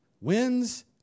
wins